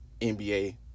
NBA